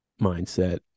mindset